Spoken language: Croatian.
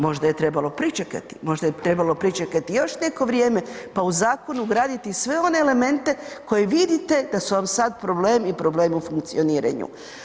Možda je trebalo pričekati, možda je trebalo pričekati još neko vrijeme pa u zakon ugraditi sve one elemente koje vidite da su vam sad problem i problem u funkcioniranju.